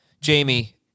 Jamie